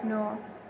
न'